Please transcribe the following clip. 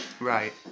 Right